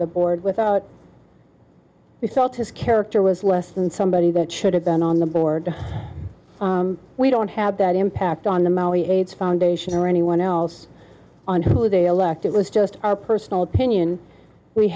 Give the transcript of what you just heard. the board without he felt his character was less than somebody that should have been on the board we don't have that impact on the maoi aids foundation or anyone else on who they elect it was just our personal opinion we